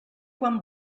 quan